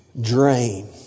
drain